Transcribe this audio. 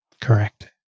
Correct